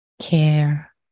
care